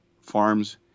farms